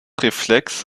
reflex